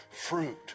fruit